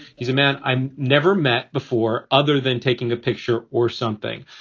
he's a man i've never met before. other than taking a picture or something.